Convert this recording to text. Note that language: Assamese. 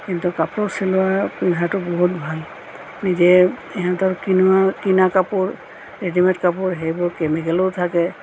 কিন্তু কাপোৰ চিলোৱা পিন্ধাটো বহুত ভাল নিজেই সিহঁতৰ কিনা কিনা কাপোৰ ৰেডিমে'ড কাপোৰ সেইবোৰত কেমিকেলো থাকে